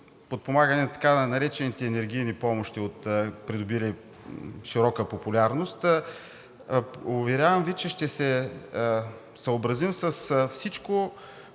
подпомагане – така наречените енергийни помощи, придобили широка популярност. Уверявам Ви, че ще се съобразим с всичко,